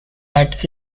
that